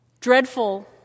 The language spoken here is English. dreadful